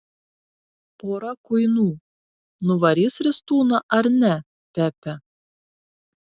pora kuinų nuvarys ristūną ar ne pepe